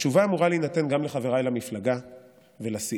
התשובה אמורה להינתן גם לחבריי למפלגה ולסיעה,